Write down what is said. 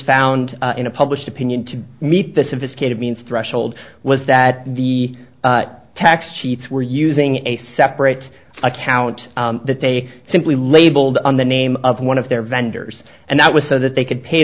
found in a published opinion to meet the sophisticated means threshold was that the tax cheats were using a separate account that they simply labeled on the name of one of their vendors and that was so that they could pay